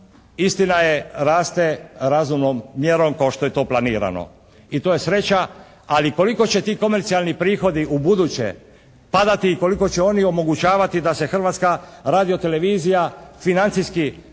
istina je raste razumnom mjerom kao što je to planirano. I to je sreća. Ali koliko će ti komercijalni prihodi u buduće padati i koliko će oni omogućavati da se Hrvatska radio-televizija financijski dovoljno